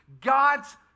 God's